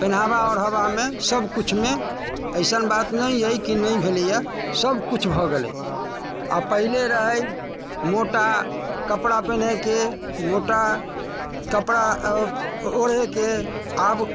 पहनावा ओढ़ावामे सबकिछुमे अइसन बात नहि अइ कि नहि भेलैए सबकिछु भऽ गेलै आओर पहिले रहै मोटा कपड़ा पहिनैके मोटा कपड़ा ओढ़ैके आब